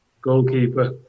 goalkeeper